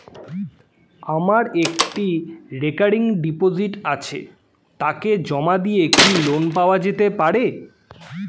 আমার একটি recurring deposit আছে তাকে জমা দিয়ে কি লোন পাওয়া যেতে পারে?